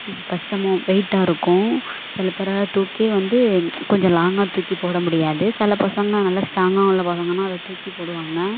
கஷ்டமோ வெயிட்டாக இருக்கும் சில பேரால் தூக்கி வந்து கொஞ்சம் லாங்காக தூக்கி போட முடியாது சில பசங்கள் நல்லா ஸ்ட்ராங்காக உள்ள பசங்களாம் அதை தூக்கி போடுவாங்க